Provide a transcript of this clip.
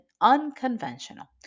unconventional